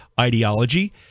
ideology